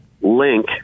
link